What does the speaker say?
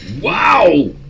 Wow